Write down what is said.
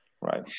right